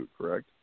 correct